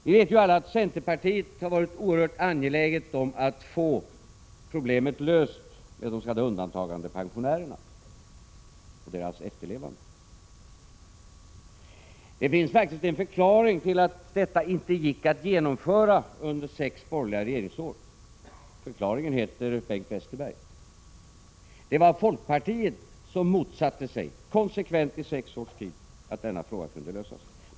Vi vet ju alla att centerpartiet har varit oerhört angeläget om att få problemet med de s.k. undantagandepensionärerna och deras efterlevande löst. Det finns faktiskt en förklaring till att det inte gick att lösa det problemet under sex borgerliga regeringsår. Förklaringen heter Bengt Westerberg. Det var folkpartiet som konsekvent i sex års tid motsatte sig denna frågas lösning.